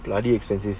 bloody expensive